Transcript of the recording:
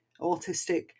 autistic